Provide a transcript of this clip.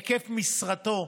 היקף משרתו.